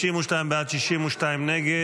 בעד, 62 נגד.